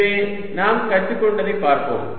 எனவே நாம் கற்றுக்கொண்டதைப் பார்ப்போம்